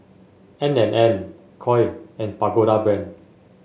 N and N Koi and Pagoda Brand